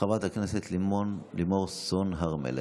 חברת הכנסת לימור סון הר מלך.